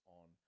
on